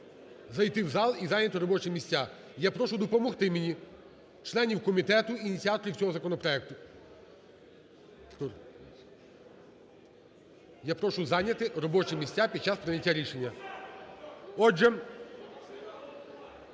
зайти у зал і зайняти робочі місця. Я прошу допомогти мені членів комітету, ініціаторів цього законопроекту. Я прошу зайняти робочі місця під час прийняття рішення. Отже,